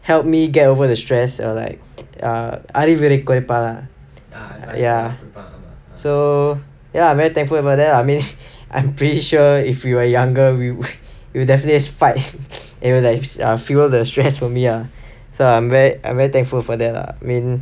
help me get over the stress or like err அறிவுரை குடுப்பா:arivurai kuduppaa ya so ya I'm very thankful I mean I'm pretty sure if we were younger we'll definitely fight you know fuel the stress for me lah so I'm very I'm very thankful for that lah I mean